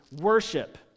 worship